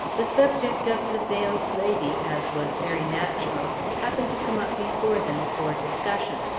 the subject of the veiled lady, as was very natural, happened to come up before them for discussion.